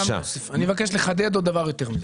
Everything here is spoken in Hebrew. אני מבקש לחדד עוד דבר יותר מזה.